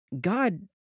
God